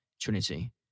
trinity